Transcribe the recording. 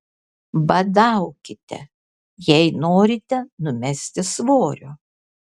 badaukite jei norite numesti svorio